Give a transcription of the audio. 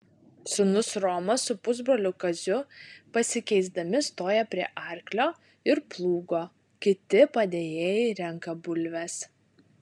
sūnus romas su pusbroliu kaziu pasikeisdami stoja prie arklio ir plūgo kiti padėjėjai renka bulves